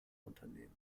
unternehmen